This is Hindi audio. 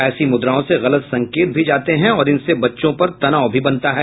ऐसी मुद्राओं से गलत संकेत भी जाते हैं और इनसे बच्चों पर तनाव भी बनता है